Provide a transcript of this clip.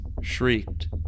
shrieked